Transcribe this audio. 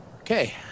Okay